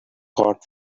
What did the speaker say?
hot